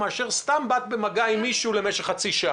מאשר אם סתם באת במגע עם מישהו במשך חצי שעה.